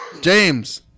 James